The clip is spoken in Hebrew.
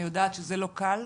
אני יודעת שזה לא קל.